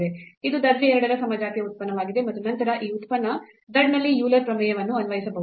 ಇದು ದರ್ಜೆ 2 ರ ಸಮಜಾತೀಯ ಉತ್ಪನ್ನವಾಗಿದೆ ಮತ್ತು ನಂತರ ನಾವು ಈ ಉತ್ಪನ್ನ z ನಲ್ಲಿ ಯೂಲರ್ ಪ್ರಮೇಯವನ್ನು Euler's theorem ಅನ್ವಯಿಸಬಹುದು